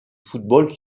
football